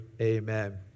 amen